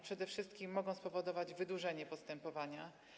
Przede wszystkim mogą spowodować wydłużenie postępowania.